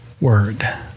word